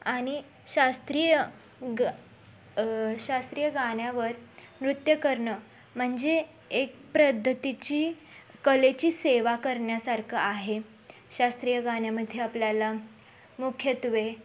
आणि शास्त्रीय ग शास्त्रीय गाण्यावर नृत्य करणं म्हणजे एक पद्धतीची कलेची सेवा करण्यासारखं आहे शास्त्रीय गाण्यामध्ये आपल्याला मुख्यत्वे